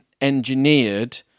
engineered